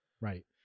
Right